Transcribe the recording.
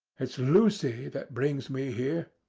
it's lucy that brings me here,